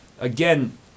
again